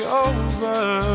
over